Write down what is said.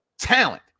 talent